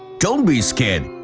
don't be scared!